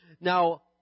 Now